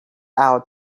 out